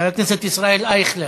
חבר הכנסת ישראל אייכלר,